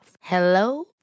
Hello